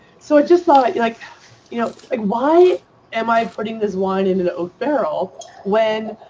so i just thought like you know ah why am i putting this wine in an oak barrel when